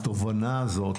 התובנה הזאת,